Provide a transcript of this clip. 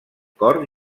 cor